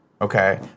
Okay